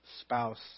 spouse